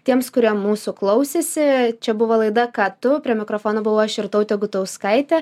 tiems kurie mūsų klausėsi čia buvo laida ką tu prie mikrofono buvau aš irtautė gutauskaitė